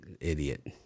Idiot